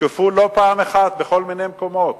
הותקפו לא פעם אחת בכל מיני מקומות.